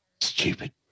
Stupid